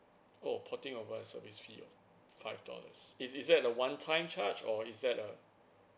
oh porting over a service fees of five dollars is is that a one time charge or is that a